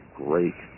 great